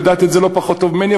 ואת יודעת את זה לא פחות טוב ממני,